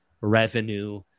revenue